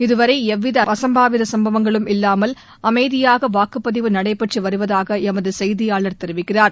இதுவரை எவ்வித அசும்பாவிதங்களும இல்லாமல் அமைதியாக வாக்குப்பதிவு நடைபெற்று வருவதாக எமது செய்தியாளர் தெரிவிக்கிறார்